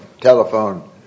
telephone